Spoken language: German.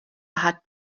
hat